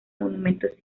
monumentos